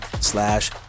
slash